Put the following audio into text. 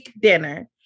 dinner